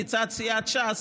מצד סיעת ש"ס,